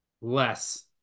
less